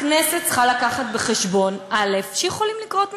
הכנסת צריכה להביא בחשבון שיכולים לקרות מקרים.